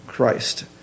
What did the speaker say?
Christ